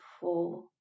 four